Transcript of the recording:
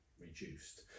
reduced